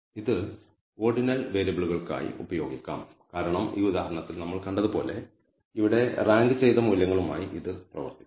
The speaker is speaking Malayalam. ഇത് ഓർഡിനൽ വേരിയബിളുകൾക്കായി ഉപയോഗിക്കാം കാരണം ഈ ഉദാഹരണത്തിൽ നമ്മൾ കണ്ടതുപോലെ ഇവിടെ റാങ്ക് ചെയ്ത മൂല്യങ്ങളുമായി ഇത് പ്രവർത്തിക്കും